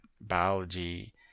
biology